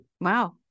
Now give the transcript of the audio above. Wow